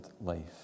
life